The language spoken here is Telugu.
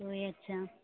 టూ ఇయర్సా